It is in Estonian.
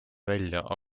välja